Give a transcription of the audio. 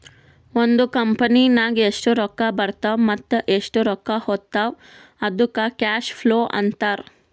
ಒಂದ್ ಕಂಪನಿನಾಗ್ ಎಷ್ಟ್ ರೊಕ್ಕಾ ಬರ್ತಾವ್ ಮತ್ತ ಎಷ್ಟ್ ರೊಕ್ಕಾ ಹೊತ್ತಾವ್ ಅದ್ದುಕ್ ಕ್ಯಾಶ್ ಫ್ಲೋ ಅಂತಾರ್